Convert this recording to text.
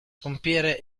pompiere